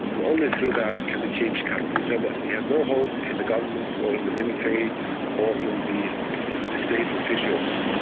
and only through that, can the change come. he said that he has no hope in the government or in the military or in the the state officials.